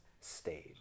stage